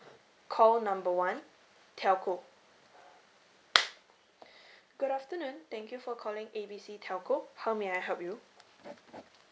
call number one telco good afternoon thank you for calling A B C telco how may I help you